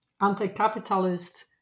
anti-capitalist